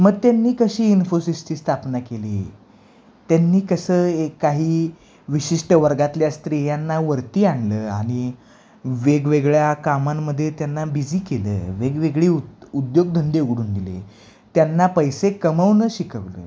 मग त्यांनी कशी इन्फोसिसची स्थापना केली त्यांनी कसं एक काही विशिष्ट वर्गातल्या स्त्रीयांना वरती आणलं आणि वेगवेगळ्या कामांमध्ये त्यांना बिझी केलं वेगवेगळी उ उद्योगधंदे उघडून दिले त्यांना पैसे कमवणं शिकवलं